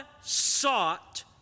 sought